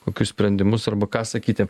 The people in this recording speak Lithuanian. kokius sprendimus arba ką sakyti